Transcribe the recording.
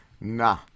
nah